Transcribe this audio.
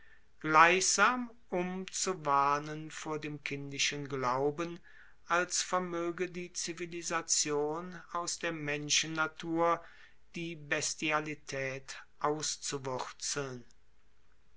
gleichsam um zu warnen vor dem kindischen glauben als vermoege die zivilisation aus der menschennatur die bestialitaet